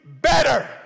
better